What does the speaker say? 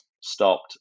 stopped